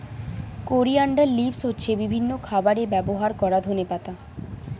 coriander leaves হচ্ছে বিভিন্ন খাবারে ব্যবহার করা ধনেপাতা